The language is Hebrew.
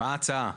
מה ההצעה?